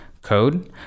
code